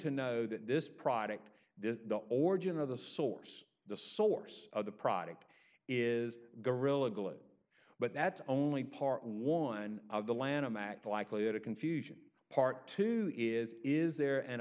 to know that this product the origin of the source the source of the product is gorilla glue but that's only part one of the lanham act likelihood of confusion part two is is there an